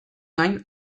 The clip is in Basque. gain